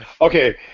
Okay